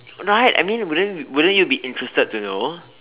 right I mean wouldn't wouldn't you be interested to know